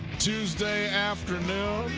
tuesday afternoon